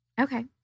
Okay